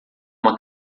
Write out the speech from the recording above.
uma